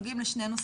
נוגעים לשני נושאים: